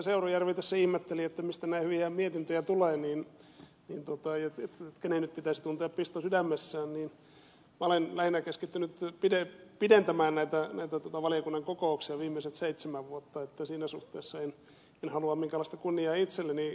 seurujärvi tässä ihmetteli mistä näin hyviä mietintöjä tulee kenen nyt pitäisi tuntea pisto sydämessään niin minä olen lähinnä keskittynyt pidentämään näitä valiokunnan kokouksia viimeiset seitsemän vuotta joten siinä suhteessa en halua minkäänlaista kunniaa itselleni